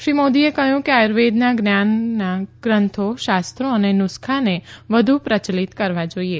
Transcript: શ્રી મોદીએ કહ્યું કે આર્યુવેદના જ્ઞાનના ગ્રંથો શાસ્ત્રો અને નુસ્ખાને વધુ પ્રચલિત કરવા જોઈએ